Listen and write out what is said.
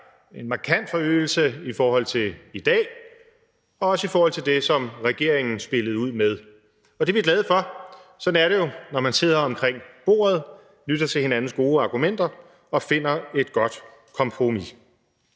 en markant forøgelse i forhold til i dag, også i forhold til det, som regeringen spillede ud med. Og det er vi glade for. Sådan er det jo, når man sidder omkring bordet og lytter til hinandens gode argumenter og finder et godt kompromis.